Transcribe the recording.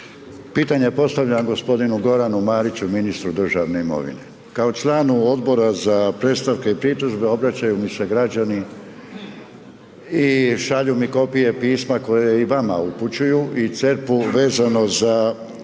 Pitanje postavljam g. Goranu Mariću, ministru državne imovine. Kao članu Odbora za predstavke i pritužbe obraćaju mi se građani i šalju mi kopije pisma koje i vama upućuju i CERP-u, vezano za